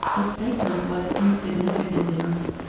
the statement was insignificant enough,